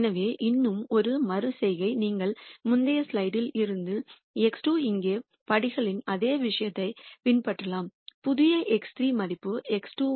எனவே இன்னும் ஒரு மறு செய்கை நீங்கள் முந்தைய ஸ்லைடில் இருந்து x2 இங்கே படிகளின் அதே விஷயத்தை பின்பற்றலாம் புதிய x3 மதிப்பு x2 is